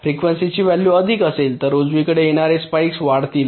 आणि फ्रँकवेंसी ची व्हॅल्यू अधिक असेल तर उजवीकडे येणारे स्पाइक्स वाढतील